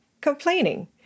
complaining